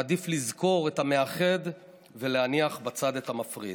נעדיף לזכור את המאחד ולהניח בצד את המפריד.